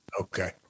Okay